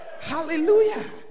Hallelujah